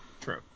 true